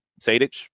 Sadich